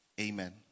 Amen